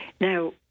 Now